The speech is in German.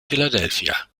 philadelphia